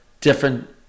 different